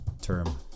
term